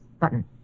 Button